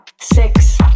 six